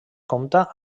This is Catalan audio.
compta